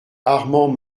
armand